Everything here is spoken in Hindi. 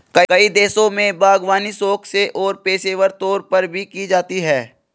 कई देशों में बागवानी शौक से और पेशेवर तौर पर भी की जाती है